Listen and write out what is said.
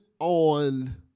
On